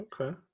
Okay